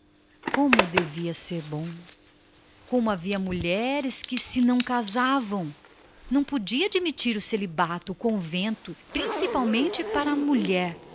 como devia ser bom e pensar que havia por aí mulheres que eram contra o casamento não ela não podia admitir o celibato principalmente para a mulher